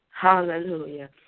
Hallelujah